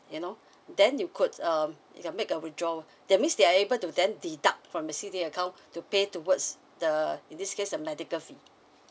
you know then you could um you can make a withdrawal that means they're able to then deduct from the C_D_A account to pay towards the in this case the medical fees